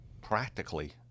practically